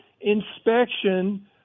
inspection